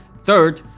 third,